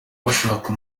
bashaka